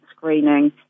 screening